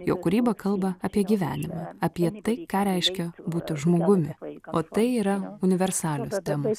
jo kūryba kalba apie gyvenimą apie tai ką reiškia būti žmogumi o tai yra universalios temos